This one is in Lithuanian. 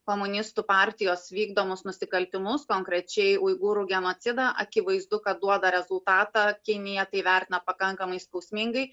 komunistų partijos vykdomus nusikaltimus konkrečiai uigūrų genocidą akivaizdu kad duoda rezultatą kinija tai vertina pakankamai skausmingai